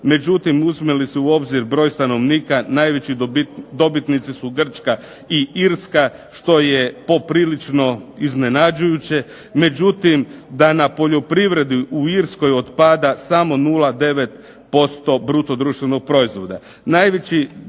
međutim uzme li se u obzir broj stanovnika, najveći dobitnici su Grčka i Irska što je poprilično iznenađujuće, međutim da na poljoprivredi u Irskoj otpada samo 0,9% bruto društvenog proizvoda.